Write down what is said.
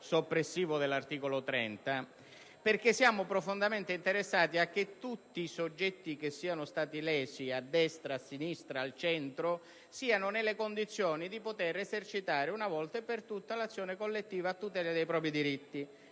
soppressivo dell'articolo 30-*bis*, perché siamo profondamente interessati a che tutti i soggetti che siano stati lesi a destra, a sinistra e al centro, siano nelle condizioni di poter esercitare una volta per tutte l'azione collettiva a tutela dei propri diritti